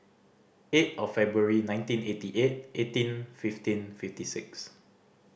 eight of February nineteen eighty eight eighteen fifteen fifty six